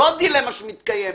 זו הדילמה שמתקיימת.